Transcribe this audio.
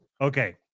Okay